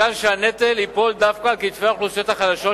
מכאן שהנטל ייפול דווקא על כתפי האוכלוסיות החלשות,